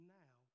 now